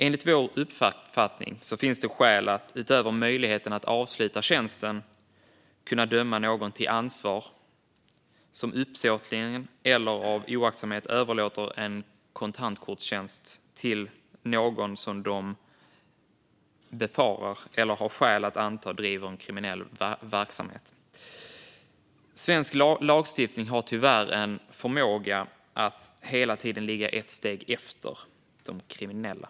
Enligt vår uppfattning finns det skäl att, utöver möjligheten att avsluta tjänsten, kunna döma någon till ansvar som uppsåtligen eller av oaktsamhet överlåter en kontantkortstjänst till någon som man befarar eller har skäl att anta bedriver kriminell verksamhet. Svensk lagstiftning har tyvärr en förmåga att hela tiden ligga ett steg efter de kriminella.